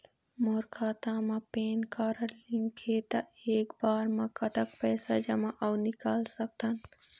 मोर खाता मा PAN card link हे ता एक बार मा कतक पैसा जमा अऊ निकाल सकथन?